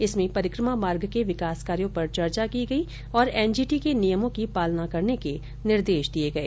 इसमें परिक्रमा मार्ग के विकास कार्यों पर चर्चा की गई और एनजीटी के नियमों की पालना करने के निर्देश दिए गए